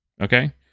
okay